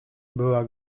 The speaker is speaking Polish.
była